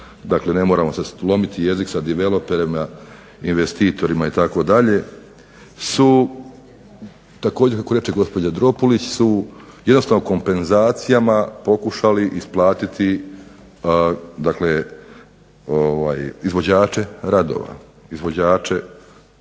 dakle ne moramo lomiti jezik sa developerima, investitorima itd., su također kako reče gospođa Dropulić, jednostavno kompenzacijama pokušali isplatiti izvođače radova, izvođače